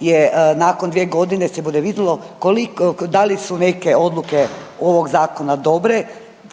je nakon dvije godine se bude vidjelo da li su neke odluke ovog zakona dobre,